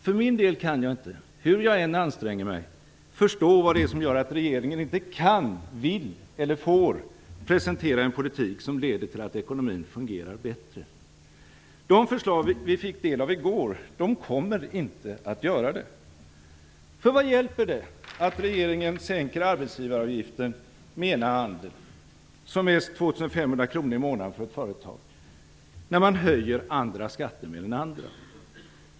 För min del kan jag inte, hur jag än anstränger mig, förstå vad det är som gör att regeringen inte kan, vill eller får presentera en politik som leder till att ekonomin fungerar bättre. De förslag vi fick del av i går kommer inte att göra det. Vad hjälper det att regeringen sänker arbetsgivaravgiften med ena handen, som mest 2 500 kr i månaden för ett företag, när man höjer andra skatter med den andra?